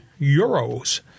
Euros